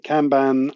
Kanban